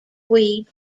tweed